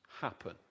happen